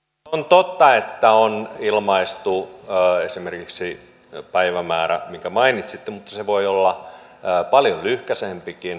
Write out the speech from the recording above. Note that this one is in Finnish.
on totta että on ilmaistu esimerkiksi päivämäärä minkä mainitsitte mutta se voi olla paljon lyhyempikin